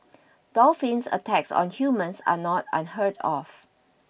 dolphin attacks on humans are not unheard of